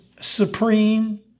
supreme